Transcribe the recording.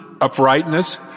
uprightness